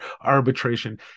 arbitration